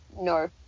No